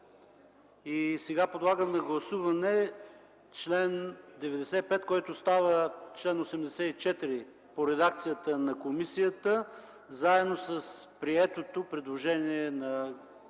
прието. Подлагам на гласуване чл. 95, който става чл. 84 по редакцията на комисията, заедно с приетото предложение на госпожа